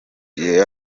gihe